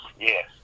yes